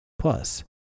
Plus